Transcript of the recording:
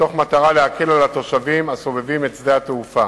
מתוך מטרה להקל על התושבים הסובבים את שדה התעופה.